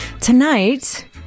Tonight